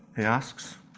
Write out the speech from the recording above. he asks,